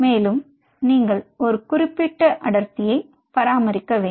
மேலும் நீங்கள் ஒரு குறிப்பிட்ட அடர்த்தியைப் பராமரிக்க வேண்டும்